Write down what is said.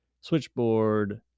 switchboard